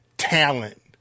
talent